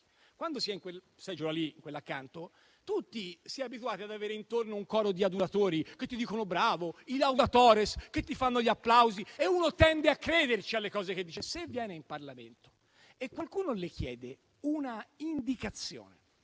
quella seggiola lì, quella accanto, si è abituati ad avere intorno un coro di adulatori che ti dicono bravo, i *laudatores* che ti fanno gli applausi e uno tende a crederci alle cose che dice. Lei viene in Parlamento e qualcuno le chiede una indicazione